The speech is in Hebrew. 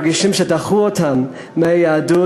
מרגישים שדחו אותם מהיהדות,